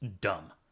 dumb